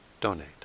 donate